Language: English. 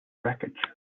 wreckage